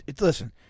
Listen